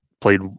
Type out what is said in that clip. Played